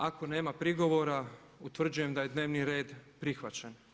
Ako nema prigovora utvrđujem da je dnevni red prihvaćen.